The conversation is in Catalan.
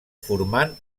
formant